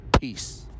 Peace